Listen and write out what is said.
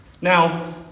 Now